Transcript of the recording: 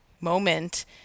moment